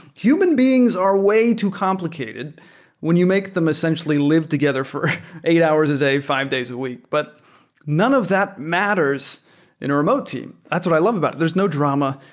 human beings are way too complicated when you make them essentially lived together for eight hours a day, five days a week. but none of that matters in a remote team. that's what i love about it. there's no drama.